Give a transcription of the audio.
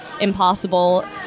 impossible